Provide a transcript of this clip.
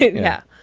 yeah.